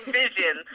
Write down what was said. vision